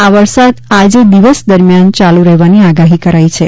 આ વરસાદ આજે દિવસ દરમિયાન ચાલુ રહેવાની આગાહી કરાઈ છે